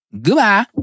Goodbye